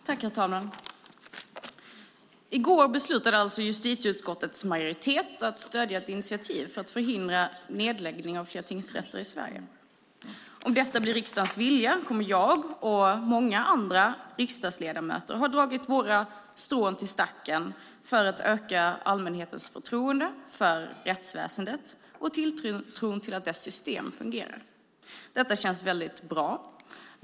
Herr talman! I går beslutade justitieutskottets majoritet att stödja ett initiativ för att förhindra nedläggning av fler tingsrätter i Sverige. Om detta blir riksdagens vilja kommer jag och många andra riksdagsledamöter att ha dragit våra strån till stacken för att öka allmänhetens förtroende för rättsväsendet och tilltron till att dess system fungerar. Detta känns väldigt bra.